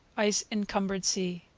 ice-encumbered sea.